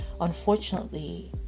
unfortunately